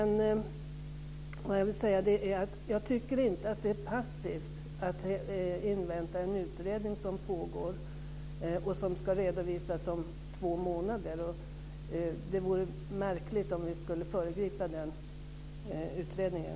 Jag tycker inte att det är passivt att invänta en utredning som pågår och som ska redovisas om två månader. Det vore märkligt om vi skulle föregripa den utredningen.